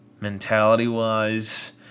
mentality-wise